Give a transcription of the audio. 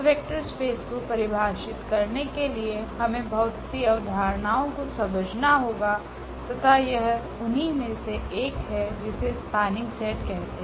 तो vector space को परिभाषित करने के लिए हमे बहुत सी अवधारणाओं को समझना होगा तथा यह उनही मे से एक है जिसे स्पेनिंग सेट कहते हैं